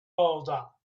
folder